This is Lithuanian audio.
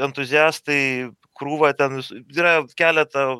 entuziastai krūva ten yra keleta